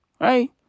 right